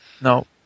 No